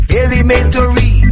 elementary